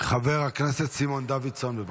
חבר הכנסת סימון דוידסון, בבקשה.